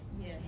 Yes